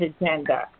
agenda